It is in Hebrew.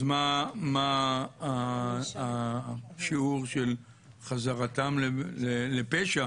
אז מה השיעור של חזרתם לפשע,